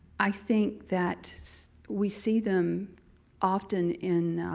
i think that we see them often in